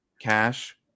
cash